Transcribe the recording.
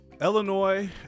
Illinois